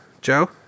Joe